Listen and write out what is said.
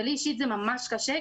ולי אישית זה ממש קשה,